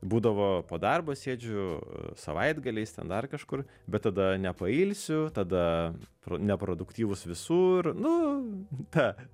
būdavo po darbo sėdžiu savaitgaliais ten dar kažkur bet tada nepailsiu tada pro neproduktyvus visur nu ta